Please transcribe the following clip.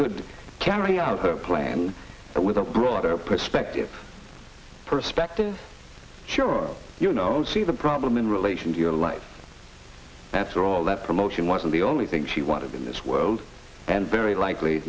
could carry out her plan with a broader perspective perspective sure you know see the problem in relation to your life that's all that promotion was and the only thing she wanted in this world and very likely